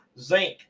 zinc